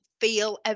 feel